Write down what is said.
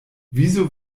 wieso